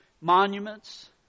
monuments